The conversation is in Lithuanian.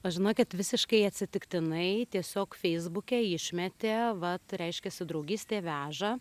aš žinokit visiškai atsitiktinai tiesiog feisbuke išmetė vat reiškiasi draugystė veža